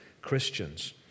christians